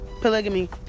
polygamy